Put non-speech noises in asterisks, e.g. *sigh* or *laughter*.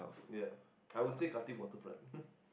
ya I would say Khatib waterfront *laughs*